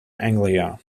anglia